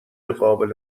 قابل